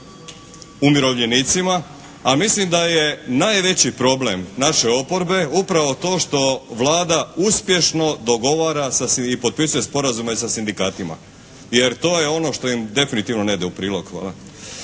umirovljenicima, a mislim da je najveći problem naše oporbe upravo to što Vlada uspješno dogovara i potpisuje sporazume sa sindikatima jer to je ono što im definitivno ne ide u prilog.